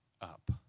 up